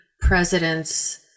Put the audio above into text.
president's